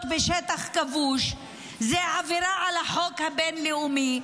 בשטח כבוש היא עבירה על החוק הבין-לאומי,